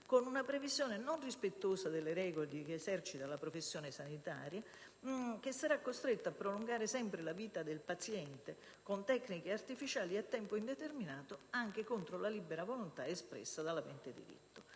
con una previsione non rispettosa delle regole di chi esercita la professione sanitaria, indotto sempre a prolungare la vita del paziente con tecniche artificiali e a tempo indeterminato, anche contro la libera volontà espressa dall'avente diritto.